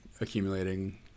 accumulating